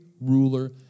ruler